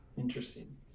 Interesting